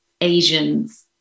Asians